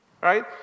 Right